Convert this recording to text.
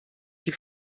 die